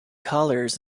colours